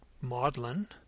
maudlin